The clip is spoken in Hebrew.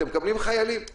אתם מקבלים חיילים;